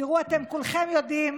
אתם כולכם יודעים